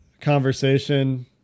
conversation